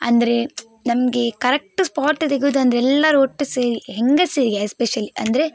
ಅಂದರೆ ನಮಗೆ correct spot ಸಿಗುದಂದು ಎಲ್ಲರು ಒಟ್ಟು ಸೇರಿ ಹೆಂಗಸರಿಗೆ ಎಸ್ಪೆಷಲಿ ಅಂದರೆ